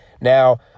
Now